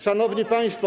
Szanowni Państwo!